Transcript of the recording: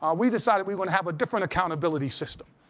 ah we decided we're going to have a different accountability system.